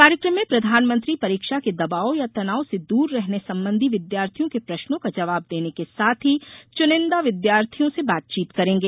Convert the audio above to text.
कार्यकम में प्रधानमंत्री परीक्षा के दबाव या तनाव से दूर रहने सबंधी विद्यार्थियों के प्रश्नों का जवाब देने के साथ ही चुनिन्दा विद्यार्थियों से बातचीत करेंगें